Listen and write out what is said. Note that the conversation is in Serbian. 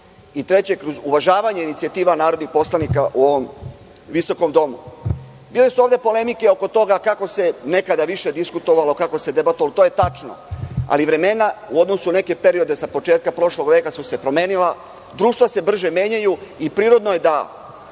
i, treće, kroz uvažavanje inicijativa narodnih poslanika u ovom visokom domu. Bile su ovde polemike oko toga kako se nekada više diskutovalo, kako se debatovalo, to je tačno, ali vremena u odnosu na neke periode sa početka prošlog veka su se promenila, društva se brže menjaju i prirodno je da